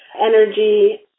energy